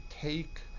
take